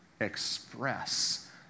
express